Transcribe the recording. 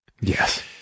Yes